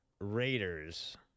Raiders